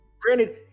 granted